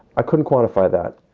i couldn't quantify that.